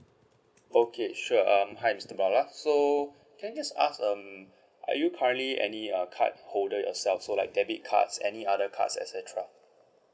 okay sure um hi mister bala so can I just ask um are you currently any uh card holder yourself so like debit cards any other cards etcetera